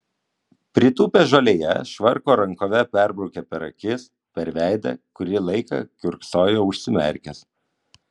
pritūpęs žolėje švarko rankove perbraukė per akis per veidą kurį laiką kiurksojo užsimerkęs